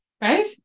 right